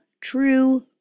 true